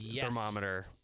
thermometer